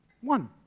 One